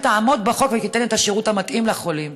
תעמוד בחוק ותיתן את השירות המתאים לחולים?